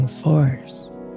force